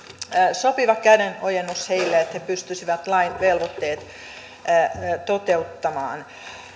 sopiva kädenojennus heille että he pystyvät lain velvoitteet toteuttamaan